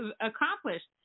accomplished